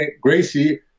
Gracie